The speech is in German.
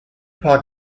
paar